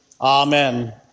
Amen